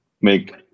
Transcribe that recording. make